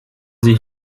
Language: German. sie